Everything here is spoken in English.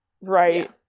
right